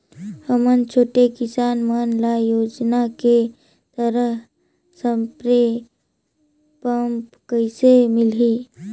हमन छोटे किसान मन ल योजना के तहत स्प्रे पम्प कइसे मिलही?